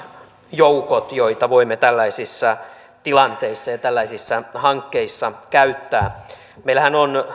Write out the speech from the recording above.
joukot joita voimme tällaisissa tilanteissa ja tällaisissa hankkeissa käyttää meillähän on